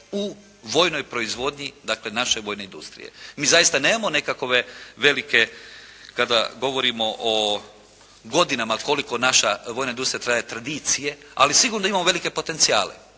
u vojnoj proizvodnji, dakle naše vojne industrije. Mi zaista nemamo nekakve velike, kada govorimo o godinama koliko naša vojna industrija traje, tradicije, ali sigurno imamo velike potencijale.